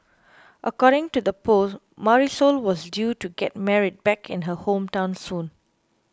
according to the post Marisol was due to get married back in her hometown soon